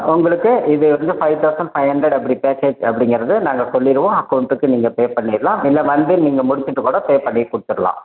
உங்களுக்கு இது வந்து ஃபைவ் தெளசண்ட் ஃபைவ் ஹண்ட்ரட் அப்படி பேக்கேஜ் அப்படிங்குறது நாங்கள் சொல்லிடுவோம் அக்கௌன்ட்க்கு நீங்க பே பண்ணிடலாம் அப்படில்ல வந்து நீங்கள் முடிச்சுட்டு கூட பே பண்ணி கொடுத்துறலாம்